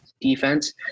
defense